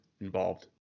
involved